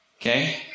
Okay